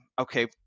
okay